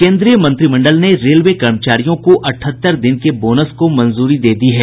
केंद्रीय मंत्रिमंडल ने रेलवे कर्मचारियों को अठहत्तर दिन के बोनस को मंजूरी दे दी है